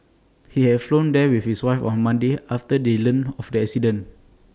he had flown there with his wife on Monday after they learnt of the accident